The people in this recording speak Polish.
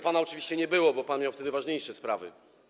Pana oczywiście nie było, bo pan miał wtedy ważniejsze sprawy.